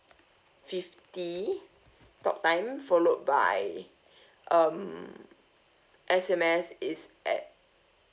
fifty talk time followed by um S_M_S is at